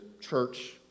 church